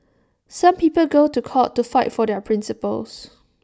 some people go to court to fight for their principles